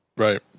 Right